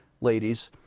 ladies